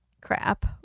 crap